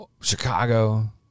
Chicago